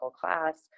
class